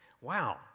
Wow